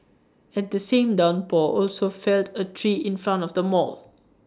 and the same downpour also felled A tree in front of the mall